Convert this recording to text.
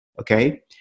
okay